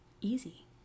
Easy